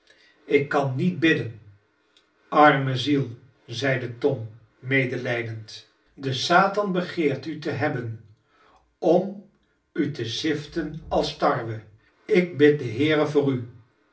ik kan niet bidden arme ziel zeide tom medelijdend de satan begeert u te hebben om u te ziften als de tarwe ik bid den heere voor u